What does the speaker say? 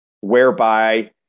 whereby